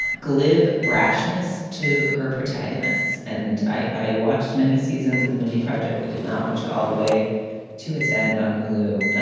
glib brashness to her protagonists. and i watched many seasons of the mindy project that did not watch it all the way to its end on hulu.